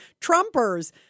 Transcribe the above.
Trumpers